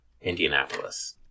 Indianapolis